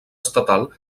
estatal